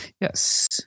yes